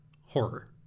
horror